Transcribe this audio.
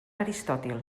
aristòtil